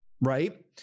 Right